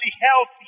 healthy